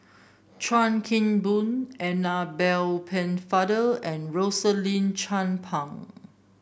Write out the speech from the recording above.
Chuan Keng Boon Annabel Pennefather and Rosaline Chan Pang